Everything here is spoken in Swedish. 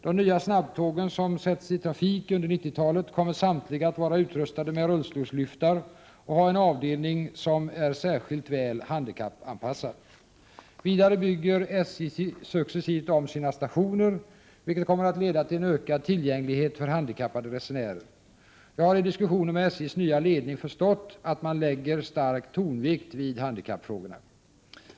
De nya snabbtågen som sätts i trafik under 1990-talet kommer samtliga att vara utrustade med rullstolslyftar och ha en avdelning som är särskilt väl handikappanpassad. Vidare bygger SJ successivt om sina stationer, vilket kommer att leda till ökad tillgänglighet för handikappade resenärer. Jag har i diskussioner med SJ:s nya ledning förstått att man lägger stark vikt vid handikappfrågorna.